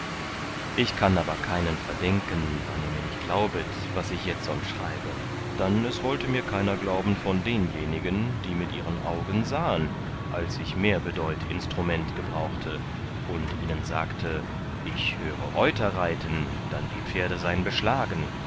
ich kann aber keinen verdenken wann er mir nicht glaubet was ich jetzund schreibe dann es wollte mir keiner glauben von denjenigen die mit ihren augen sahen als ich mehr bedeut instrument gebrauchte und ihnen sagte ich höre reuter reiten dann die pferde sein beschlagen